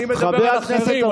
אני מדבר על אחרים,